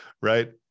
Right